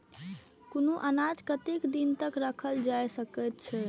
कुनू अनाज कतेक दिन तक रखल जाई सकऐत छै?